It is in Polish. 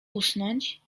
usnąć